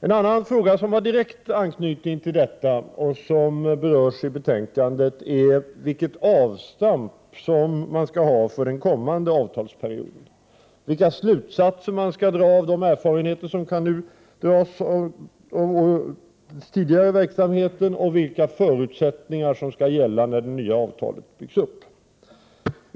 En annan fråga som har direkt anknytning till detta och som berörs i betänkandet är vilket avstamp koncernen skall ha för den kommande avtalsperioden, vilka slutsatser som skall dras av erfarenheter av den tidigare verksamheten, och vilka förutsättningar som skall gälla när det nya avtalet byggs upp.